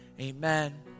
amen